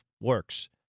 works